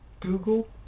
Google